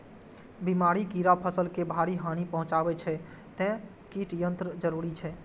बीमारी, कीड़ा फसल के भारी हानि पहुंचाबै छै, तें कीट नियंत्रण जरूरी छै